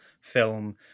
film